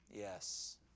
Yes